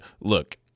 look